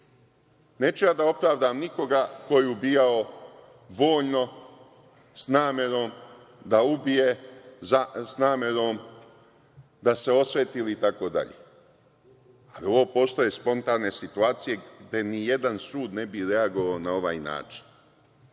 Neću ja da opravdam nikoga ko je ubijao voljno s namerom da ubije, s namerom da se osveti itd, ali ovo postaju spontane situacije gde nijedan sud ne bi reagovao na ovaj